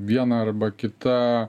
viena arba kita